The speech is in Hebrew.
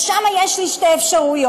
ושם יש לי שתי אפשרויות: